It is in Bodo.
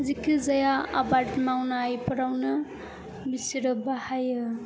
जिखिजाया आबाद मावनायफोरावनो बिसोरो बाहायो